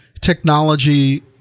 technology